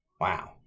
Wow